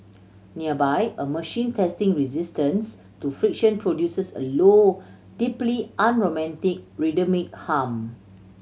nearby a machine testing resistance to friction produces a low deeply unromantic rhythmic hum